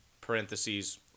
parentheses